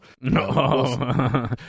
no